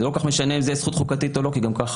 זה לא כל-כך משנה אם זו זכות חוקתית או לא כי גם ככה